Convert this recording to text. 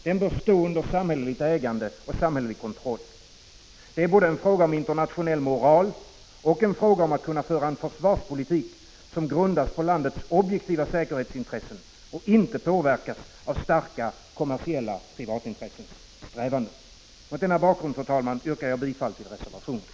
Den bör stå under samhälleligt ägande och samhällelig kontroll. Det är både en fråga om internationell moral och en fråga om att kunna föra en försvarspolitik, som grundas på landets objektiva säkerhetsintressen och inte påverkas av starka kommersiella privatintressens strävanden. Mot denna bakgrund, fru talman, yrkar jag bifall till reservationerna.